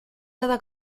cada